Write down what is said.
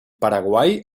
paraguai